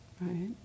Right